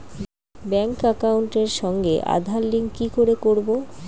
Bank একাউন্টের সঙ্গে Aadhaar link কি করে করবো?